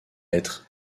être